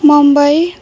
Mumbai